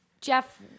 Jeff